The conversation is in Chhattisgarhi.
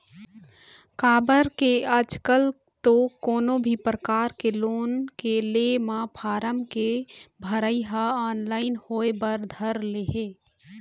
काबर के आजकल तो कोनो भी परकार के लोन के ले म फारम के भरई ह ऑनलाइन होय बर धर ले हे